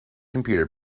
computer